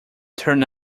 turn